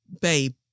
Babe